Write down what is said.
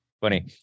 funny